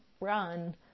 run